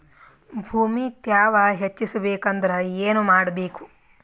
ಭೂಮಿ ತ್ಯಾವ ಹೆಚ್ಚೆಸಬೇಕಂದ್ರ ಏನು ಮಾಡ್ಬೇಕು?